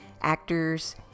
actors